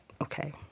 okay